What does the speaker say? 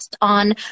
on